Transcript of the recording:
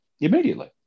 immediately